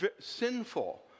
sinful